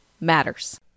matters